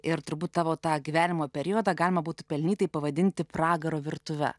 ir turbūt tavo tą gyvenimo periodą galima būtų pelnytai pavadinti pragaro virtuve